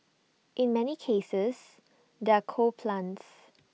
in many cases they're coal plants